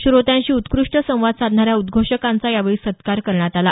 श्रोत्यांशी उत्कृष्ट संवाद साधणाऱ्या उद्घोषकांचा यावेळी सत्कार करण्यात आला